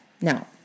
Now